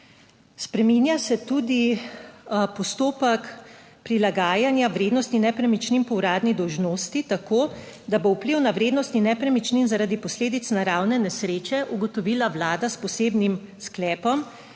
Spreminja se tudi postopek prilagajanja vrednosti nepremičnin po uradni dolžnosti, tako, da bo vpliv na vrednosti nepremičnin zaradi posledic naravne nesreče ugotovila Vlada s posebnim sklepom,